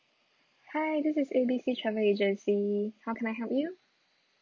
hi this is A B C travel agency how can I help you